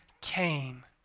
came